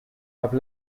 have